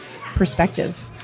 perspective